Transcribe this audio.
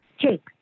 Jake